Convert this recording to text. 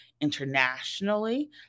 internationally